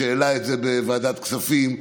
שהעלה את זה בוועדת הכספים,